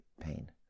pain